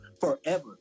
forever